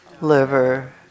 liver